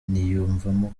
niyumvamo